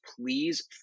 please